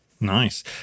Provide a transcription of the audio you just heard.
nice